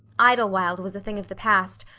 idlewild was a thing of the past,